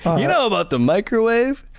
you know about the microwave?